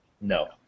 no